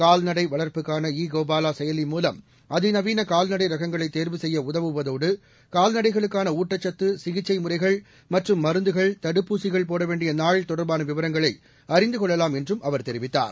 கால்நடை வளர்ப்புக்கான இ கோபாலா செயலி மூலம் அதிநவீன கால்நடை ரகங்களை தேர்வு செய்ய உதவுவதோடு கால்நடைகளுக்கான ஊட்டச்சத்து சிகிச்சை முறைகள் மற்றும் மருந்துகள் தடுப்பூசிகள் போட வேண்டிய நாள் தொடர்பான விவரங்களை அறிந்து கொள்ளலாம் என்றும் அவர் தெரிவித்தார்